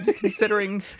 Considering